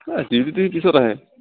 ডিউটিটো পিছত আহে